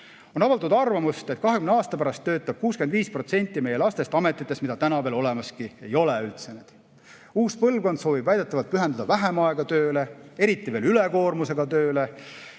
On avaldatud arvamust, et 20 aasta pärast töötab 65% meie lastest ametites, mida praegu veel üldse olemaski ei ole. Uus põlvkond soovib väidetavalt pühendada vähem aega tööle, eriti ülekoormusega tööle,